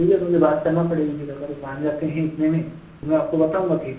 ठीक है तो मुझे बात करना पड़ेगी कि अगर मान जाते हैं इतने में तो मैं आपको बताऊँगा फिर